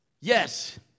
Yes